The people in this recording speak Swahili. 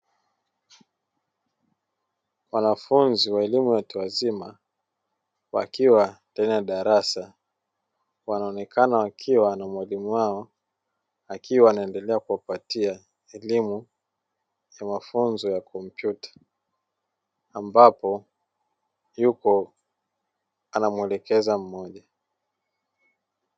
Wanafunzi wa elimu ya watu wazima wakiwa ndani ya darasa wanaonekaa wakiwa na mwalimu wao, akiwa anaendelea kuwapatia elimu ya mafunzo ya kompyuta, ambapo yupo anamuelekeza mmoja.